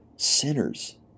Sinners